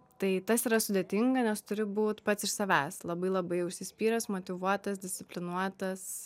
tai tas yra sudėtinga nes turi būt pats iš savęs labai labai užsispyręs motyvuotas disciplinuotas